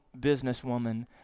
businesswoman